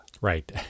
Right